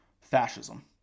fascism